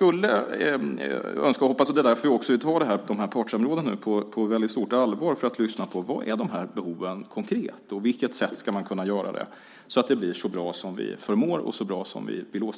Vi tar partssamråden på väldigt stort allvar för att vi ska kunna ta ställning till vilka de konkreta behoven är och hur man ska kunna göra det så bra som möjligt.